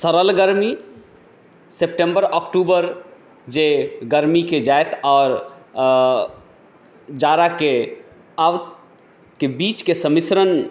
सरल गर्मी सेप्टेम्बर अक्टूबरमे जे गर्मीके जाइत आओर जाड़ाके आबैके बीचके सम्मिश्रण